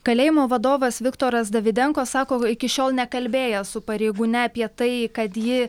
kalėjimo vadovas viktoras davidenko sako iki šiol nekalbėjęs su pareigūne apie tai kad ji